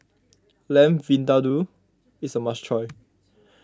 Lamb Vindaloo is a must try